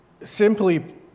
Simply